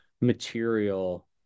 material